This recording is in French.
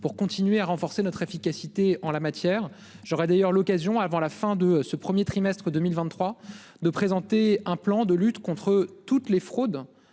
pour continuer à renforcer notre efficacité en la matière j'aurais d'ailleurs l'occasion avant la fin de ce 1er trimestre 2023, de présenter un plan de lutte contre toutes les fraudes